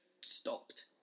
stopped